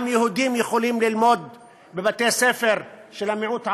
גם יהודים יכולים ללמוד בבתי-הספר של המיעוט הערבי,